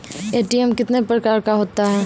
ATM कितने प्रकार का होता हैं?